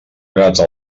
gata